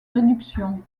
réduction